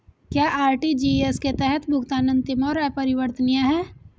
क्या आर.टी.जी.एस के तहत भुगतान अंतिम और अपरिवर्तनीय है?